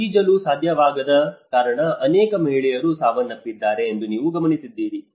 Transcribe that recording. ಈಜಲು ಸಾಧ್ಯವಾಗದ ಕಾರಣ ಅನೇಕ ಮಹಿಳೆಯರು ಸಾವನ್ನಪ್ಪಿದ್ದಾರೆ ಎಂದು ನೀವು ಗಮನಿಸಿದ್ದೀರಿ